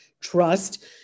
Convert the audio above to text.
trust